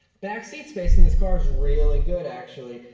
backseat space in this car is really good, actually.